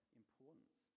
importance